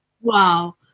Wow